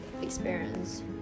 experience